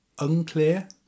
unclear